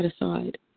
aside